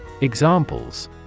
Examples